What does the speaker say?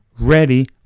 ready